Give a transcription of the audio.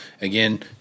again